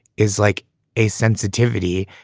is like a sensitivity.